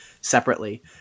separately